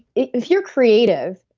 if you're creative,